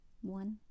One